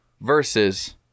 Versus